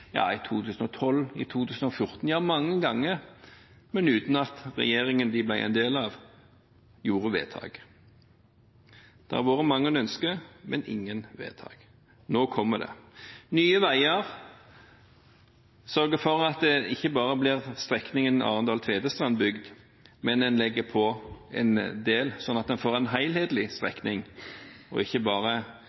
i 2009, i 2012, i 2014 – ja, mange ganger, men uten at regjeringen de ble en del av, gjorde vedtak. Det har vært mange ønsker, men ingen vedtak. Nå kommer det. Nye veier sørger for at ikke bare blir strekningen Arendal–Tvedestrand bygd, men en legger på en del, sånn at vi får en helhetlig strekning og ikke bare